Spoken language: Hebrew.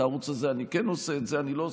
את הערוץ הזה אני כן עושה, את זה אני לא עושה.